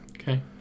Okay